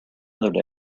another